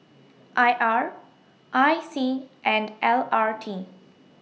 I R I C and L R T